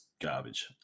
garbage